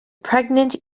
pregnant